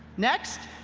next,